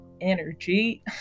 energy